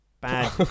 bad